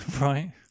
Right